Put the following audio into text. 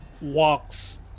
walks